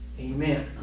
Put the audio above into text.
Amen